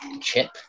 Chip